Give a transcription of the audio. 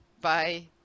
bye